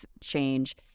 change